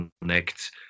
connect